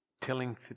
telling